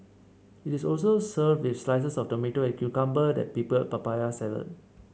it is also served with slices of tomato and cucumber and pickled papaya salad